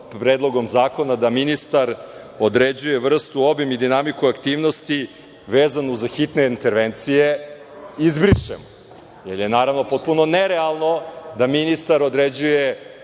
da ministar određuje vrstu, obim i dinamiku aktivnosti, vezano za hitne intervencije, izbrišemo. Naravno, potpuno je nerealno da ministar određuje